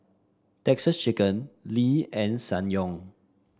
Texas Chicken Lee and Ssangyong